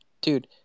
dude